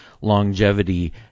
longevity